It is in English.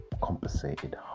compensated